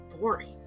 boring